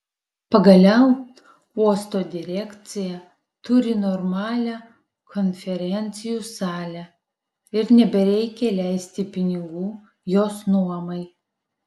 pagaliau uosto direkcija turi normalią konferencijų salę ir nebereikia leisti pinigų jos nuomai